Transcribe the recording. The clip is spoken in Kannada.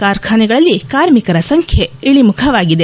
ಕಾರ್ಖಾನೆಗಳಲ್ಲಿ ಕಾರ್ಮಿಕರ ಸಂಖ್ಯೆ ಇಳಿಮುಖವಾಗಿದೆ